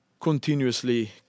continuously